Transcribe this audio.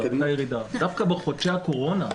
דווקא בחודשי הקורונה,